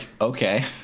okay